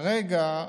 כרגע,